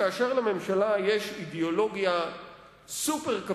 כאשר לממשלה יש אידיאולוגיה סופר-קפיטליסטית,